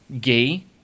gay